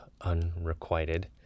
unrequited